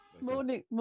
Morning